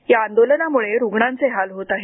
या आंदोलनामुळे रुग्णांचे हाल होत आहेत